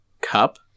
cup